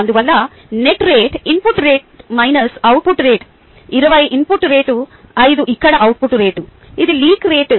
అందువల్ల net rate input rate minus output rate 20 input rate 5 ఇక్కడ output rate ఇది leak rate